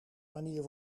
manier